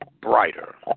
brighter